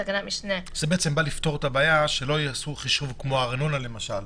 זה בעצם בא לפתור את הבעיה שלא יעשו חישוב כמו ארנונה למשל,